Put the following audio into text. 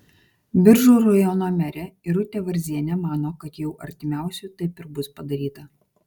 biržų rajono merė irutė varzienė mano kad jau artimiausiu taip ir bus padaryta